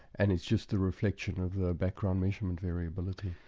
and it's just the reflection of the background measuring and variability.